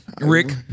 Rick